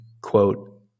quote